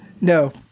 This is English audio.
No